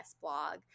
blog